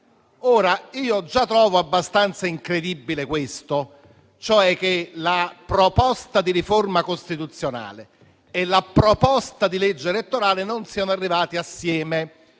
Già trovo abbastanza incredibile questo, cioè che la proposta di riforma costituzionale e quella di legge elettorale non siano arrivate assieme.